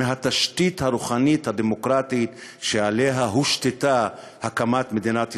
מהתשתית הרוחנית הדמוקרטית שעליה הושתתה הקמת מדינת ישראל,